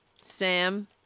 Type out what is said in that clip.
Sam